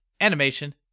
animation